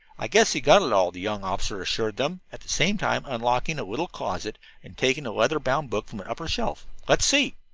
i guess he got it all, the young officer assured them, at the same time unlocking a little closet and taking a leather-bound book from an upper shelf. let's see.